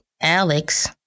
Alex